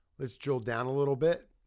let's drill down a little bit.